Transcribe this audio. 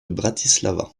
bratislava